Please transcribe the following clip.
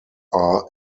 are